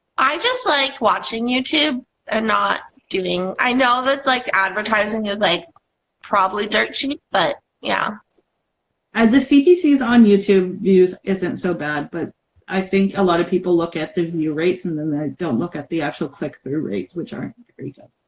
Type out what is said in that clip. i just like watching youtube and not doing, i know that's like advertising is like probably dirt cheap but yeah and the cpc's on youtube views isn't so bad but i think a lot of people look at the view rates and then they don't look at the actual click-through rates which aren't very good.